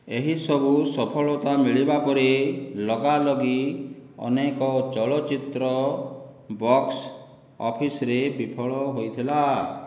ଏହି ସବୁ ସଫଳତା ମିଳିବା ପରେ ଲଗାଲଗି ଅନେକ ଚଳଚ୍ଚିତ୍ର ବକ୍ସ ଅଫିସରେ ବିଫଳ ହୋଇଥିଲା